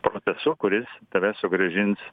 procesu kuris tave sugrąžins